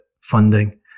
funding